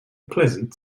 pleasant